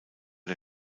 der